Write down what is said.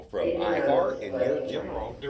even though it was floating land,